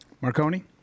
Marconi